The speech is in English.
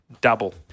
double